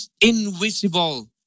invisible